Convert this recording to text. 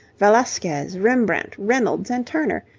velasquez, rembrandt, reynolds, and turner,